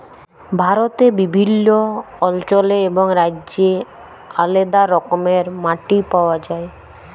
ভারতে বিভিল্ল্য অল্চলে এবং রাজ্যে আলেদা রকমের মাটি পাউয়া যায়